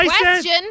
Question